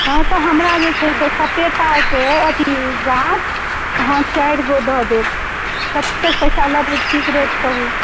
हँ तऽ हमरा जे छै से सपेताके अथी गाछ अहाँ चारि गो दऽ देब कतेक पैसा लेबै ठीक रेट कहू